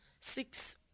six